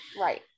Right